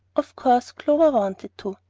of course clover wanted to.